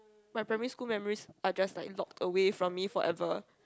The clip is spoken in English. my primary school memories are just like locked away from me forever